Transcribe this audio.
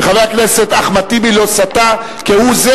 וחבר הכנסת אחמד טיבי לא סטה כהוא-זה